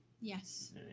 Yes